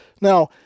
Now